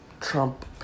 Trump